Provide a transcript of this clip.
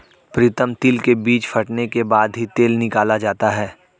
प्रीतम तिल के बीज फटने के बाद ही तेल निकाला जाता है